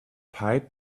pipe